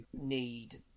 need